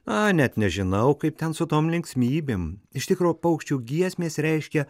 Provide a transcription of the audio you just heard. na net nežinau kaip ten su tom linksmybėm iš tikro paukščių giesmės reiškia